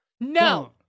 No